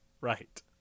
Right